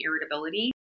irritability